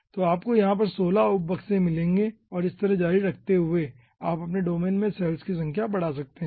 तो आपको यहाँ पर 16 उप बक्से मिलेंगे और इस तरह जारी रखते हुए आप अपने डोमेन में सैल्स की संख्या बढ़ा सकते हैं